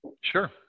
Sure